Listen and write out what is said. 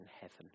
heaven